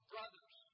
Brothers